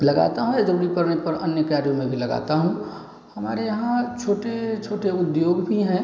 लगाता हूँ या ज़रूरत पड़ने पर अन्य कार्यों में भी लगाता हूँ हमारे यहाँ छोटे छोटे उद्योग भी हैं